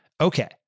Okay